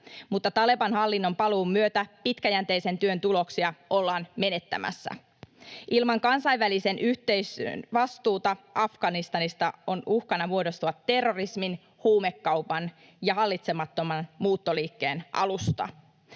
mutta Taleban-hallinnon paluun myötä pitkäjänteisen työn tuloksia ollaan menettämässä. Ilman kansainvälisen yhteisön vastuuta Afganistanista on uhkana muodostua terrorismin, huumekaupan ja hallitsemattoman muuttoliikkeen alusta.